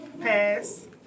pass